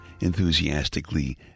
enthusiastically